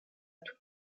tout